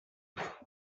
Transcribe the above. five